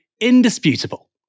indisputable